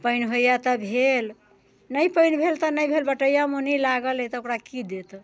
पानि होइए तऽ भेल नहि पानि भेल तऽ नहि भेल बटैया मोनी लागल अइ तऽ ओकरा की देत